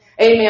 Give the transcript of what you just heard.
Amen